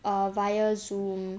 err via Zoom